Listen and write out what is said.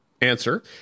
answer